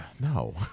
No